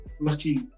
lucky